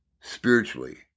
spiritually